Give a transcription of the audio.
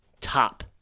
top